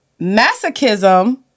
masochism